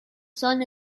sun